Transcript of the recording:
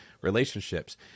relationships